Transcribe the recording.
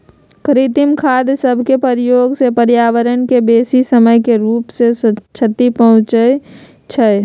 कृत्रिम खाद सभके प्रयोग से पर्यावरण के बेशी समय के रूप से क्षति पहुंचइ छइ